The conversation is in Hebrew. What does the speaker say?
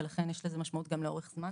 ולכן יש לזה משמעות גם לאורך זמן.